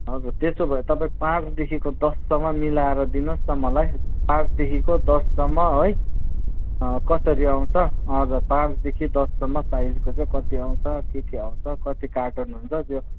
हजुर त्यसो भए तपाईँ पाँचदेखिको दससम्म मिलाएर दिनुहोस् न मलाई पाँचदेखिको दससम्म है कसरी आउँछ हजुर पाँचदेखि दससम्म साइजको चाहिँ कति आउँछ के के आउँछ कति कार्टुन हुन्छ त्यो